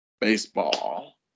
Baseball